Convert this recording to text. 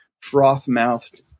froth-mouthed